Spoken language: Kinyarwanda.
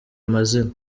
amazina